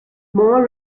moore